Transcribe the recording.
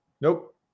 Nope